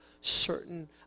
certain